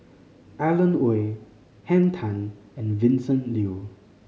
Alan Oei Henn Tan and Vincent Leow